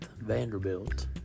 Vanderbilt